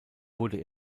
wurde